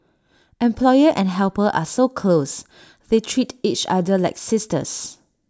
employer and helper are so close they treat each other like sisters